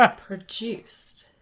produced